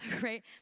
right